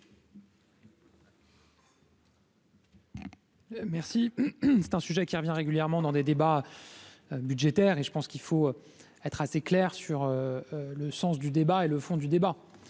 Merci, c'est un sujet qui revient régulièrement dans des débats budgétaires, et je pense qu'il faut être assez clair sur le sens du débat et le fond du débat,